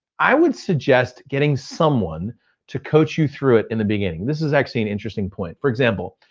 i would suggest getting someone to coach you through it in the beginning. this is actually an interesting point. for example,